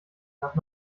nach